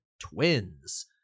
twins